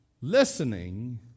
listening